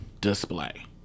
display